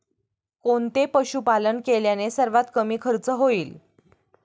कोणते पशुपालन केल्याने सर्वात कमी खर्च होईल?